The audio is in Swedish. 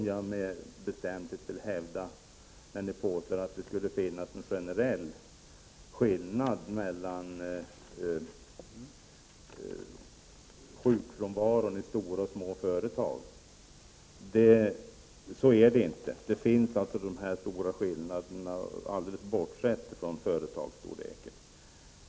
När de borgerliga företrädarna påstår att det skulle finnas en generell skillnad mellan sjukfrånvaron i stora och små företag vill jag med bestämdhet hävda att det inte är på det sättet. Dessa skillnader finns oavsett företagens storlek.